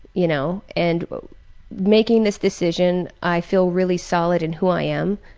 you know, and making this decision i feel really solid in who i am.